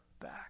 back